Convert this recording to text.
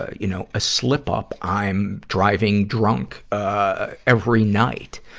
ah you know, a slip-up. i'm driving drunk ah every night.